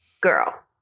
girl